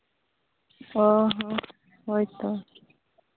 ᱚᱸᱻ ᱦᱚᱸ ᱦᱳᱭ ᱛᱚ